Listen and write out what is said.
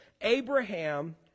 Abraham